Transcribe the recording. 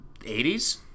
80s